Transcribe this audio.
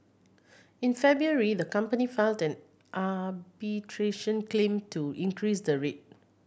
in February the company filed an arbitration claim to increase the rate